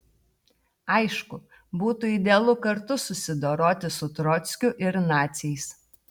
aišku būtų idealu kartu susidoroti su trockiu ir naciais